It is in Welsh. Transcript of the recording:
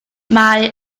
mae